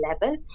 level